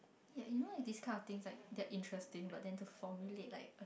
yeah you know it this kind of thing like that interesting but then to formulate like